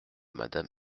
madame